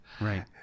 right